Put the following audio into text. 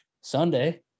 Sunday